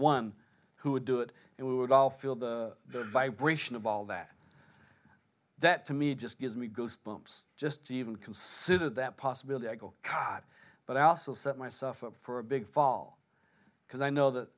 one who would do it and we would all feel the vibration of all that that to me just gives me goosebumps just to even consider that possibility i go by but i also set myself up for a big fall because i know that